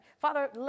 Father